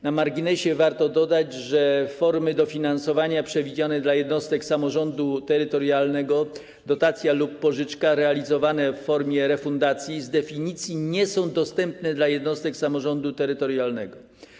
Na marginesie warto dodać, że formy dofinansowania przewidziane dla jednostek samorządu terytorialnego - dotacja lub pożyczka, realizowane w formie refundacji - z definicji nie są dostępne dla jednostek samorządu terytorialnego.